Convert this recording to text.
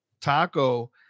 Taco